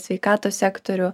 sveikatos sektorių